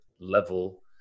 level